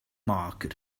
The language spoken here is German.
mager